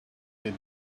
they